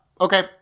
Okay